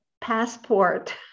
passport